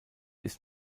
ist